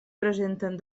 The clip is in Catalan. presenten